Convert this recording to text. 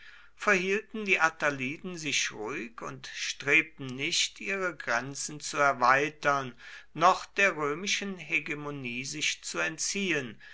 verhielten die attaliden sich ruhig und strebten nicht ihre grenzen zu erweitern noch der römischen hegemonie sich zu entziehen